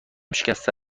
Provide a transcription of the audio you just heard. شکسته